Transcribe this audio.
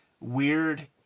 weird